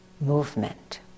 Movement